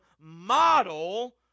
model